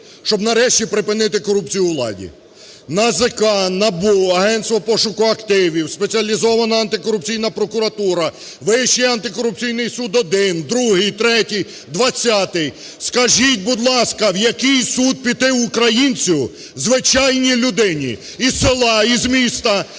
щоб нарешті припинити корупцію у владі? НАЗК, НАБУ, Агентство по пошуку активів, Спеціалізована антикорупційна прокуратура, Вищий антикорупційний суд один, другий, третій, двадцятий. Скажіть, будь ласка, в який суд піти українцю, звичайній людині із села, із міста,